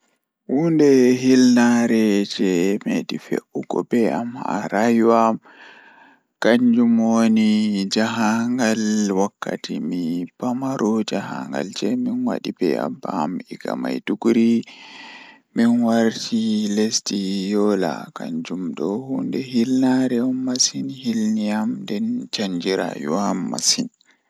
Huunde Haa hilnaare jei meeɗi fe'ugo bee am Nde mi waɗi ɗum, ko ɗum waɗi goɗɗum ngal sabu mi ngoni njiɗi ko ndaarnde e yimɓe. O waɗi fi ko mi njogii sabu waɗde ngoodi ngal mi ɗum wallita no waawugol.